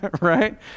right